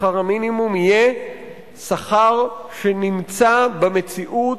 ששכר המינימום יהיה שכר שנמצא במציאות,